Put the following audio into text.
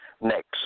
Next